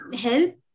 help